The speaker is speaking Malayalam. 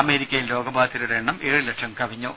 അമേരിക്കയിൽ രോഗബാധിതരുടെ എണ്ണം ഏഴ് ലക്ഷം കവിഞ്ഞു